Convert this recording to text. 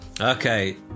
Okay